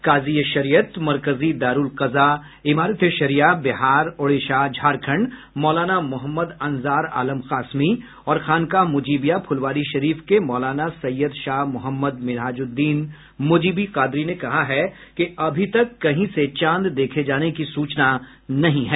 काजी ए शरियत मरकजी दारूल कजा इमारत ए शरिया बिहार ओडिशा झारखंड मौलाना मोहम्मद अंजार आलम कासमी और खानकाह मुजीबिया फुलवारीशरीफ के मौलाना सैयद शाह मोहम्मद मिनहाजुद्दीन मोजीबी कादरी ने कहा है कि अभी तक कहीं से चांद देखे जाने की सूचना नहीं है